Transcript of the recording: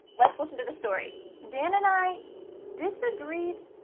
let's listen to the story. dan and i disagreed,